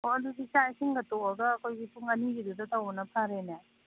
ꯑꯣ ꯑꯗꯨꯗꯤ ꯆꯥꯛ ꯏꯁꯤꯡꯒ ꯇꯣꯛꯑꯒ ꯑꯩꯈꯣꯏꯗꯤ ꯄꯨꯡ ꯑꯅꯤꯒꯤꯗꯨꯗ ꯇꯧꯕꯅ ꯐꯔꯦꯅꯦ